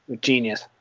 Genius